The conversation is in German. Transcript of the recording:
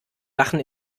lachen